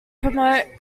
promote